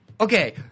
okay